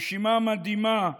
רשימה מדהימה,